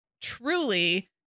truly